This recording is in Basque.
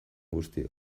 guztiok